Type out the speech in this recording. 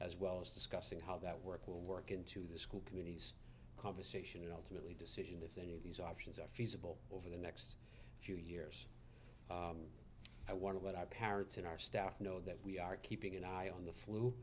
as well as discussing how that work will work into the school communities conversation and ultimately does any of these options are feasible over the next few years i wonder what are parents in our staff know that we are keeping an eye on the